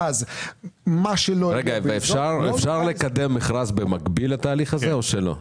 גז --- ואפשר לקדם מכרז במקביל לתהליך הזה או שלא?